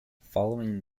following